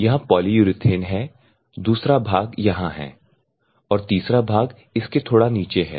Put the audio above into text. यहाँ पॉलीयुरेथेन है दूसरा भाग यहाँ है और तीसरा भाग इसके थोड़ा नीचे है